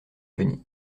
venir